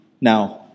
now